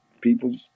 people